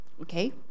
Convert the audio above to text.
Okay